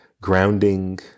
grounding